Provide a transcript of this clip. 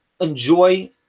enjoy